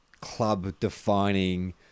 club-defining